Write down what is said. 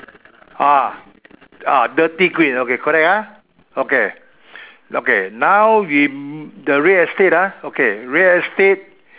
ah ah dirty green okay correct ah okay okay now we the real estate ah okay real estate